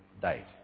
died